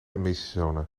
emissiezone